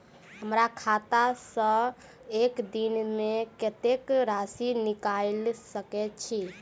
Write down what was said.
हमरा खाता सऽ एक दिन मे कतेक राशि निकाइल सकै छी